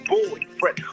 boyfriend